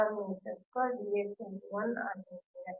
1 ಆಗಿರುತ್ತದೆ